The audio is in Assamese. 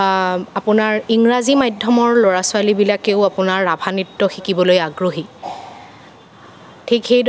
আপোনাৰ ইংৰাজী মাধ্যমৰ ল'ৰা ছোৱালীবিলাকেও আপোনাৰ ৰাভা নৃত্য শিকিবলৈ আগ্ৰহী